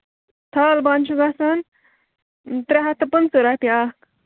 تھال بانہٕ چھِ گژھان ترٛےٚ ہَتھ تہٕ پٍنٛژٕہ رۄپیہِ اکھ